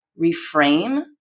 reframe